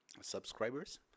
subscribers